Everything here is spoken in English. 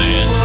Man